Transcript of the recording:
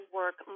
work